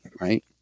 right